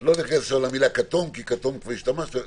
לא ניכנס עכשיו למילה כתום כי בכתום כבר השתמשנו.